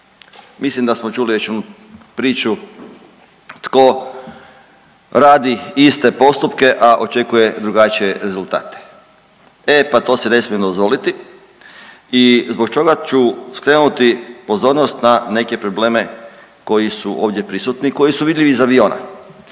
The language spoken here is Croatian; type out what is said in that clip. Mislim da smo čuli već onu priču tko radi iste postupke, a očekuje drugačije rezultate. E pa to si ne smijemo dozvoliti i zbog toga ću skrenuti pozornost na neke probleme koji su ovdje prisutni i koji su vidljivi iz aviona.